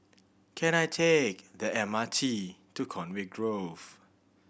can I take the M R T to Conway Grove